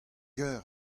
eur